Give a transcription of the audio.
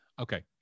Okay